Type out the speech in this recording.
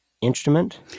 instrument